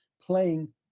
playing